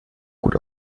gut